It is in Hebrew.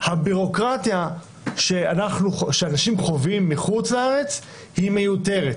הבירוקרטיה שאנשים חווים מחוץ-לארץ היא מיותרת,